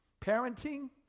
Parenting